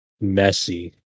messy